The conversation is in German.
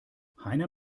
heiner